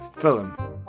film